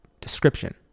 description